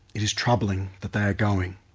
it is troubling that they are going.